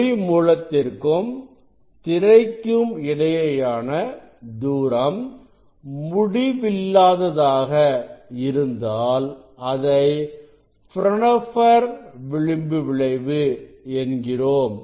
ஒளி மூலத்திற்கும் திரைக்கும் இடையேயான தூரம் முடிவில்லாததாக இருந்தால் அதை பிரான்ஹோபெர் விளிம்பு விளைவு என்கிறோம்